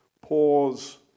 pause